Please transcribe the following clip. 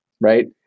Right